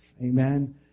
Amen